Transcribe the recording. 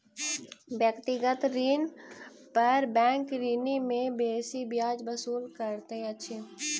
व्यक्तिगत ऋण पर बैंक ऋणी सॅ बेसी ब्याज वसूल करैत अछि